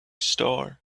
star